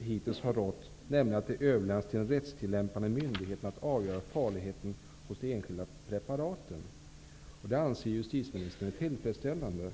hittills har rått, nämligen att det överlämnas till de rättstillämpande myndigheterna att avgöra farligheten hos de enskilda preparaten. Det anser justitieministern är tillfredsställande.